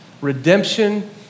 Redemption